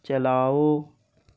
چلاؤ